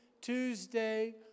Tuesday